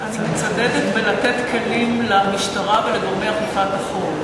אני מצדדת בלתת כלים למשטרה ולגורמי אכיפת החוק.